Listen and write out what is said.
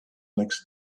next